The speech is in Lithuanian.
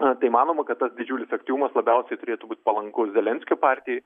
tai manoma kad tas didžiulis aktyvumas labiausiai turėtų būti palankus zelenskio partijai